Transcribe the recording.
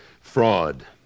Fraud